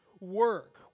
Work